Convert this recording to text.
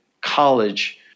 college